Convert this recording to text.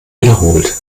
wiederholt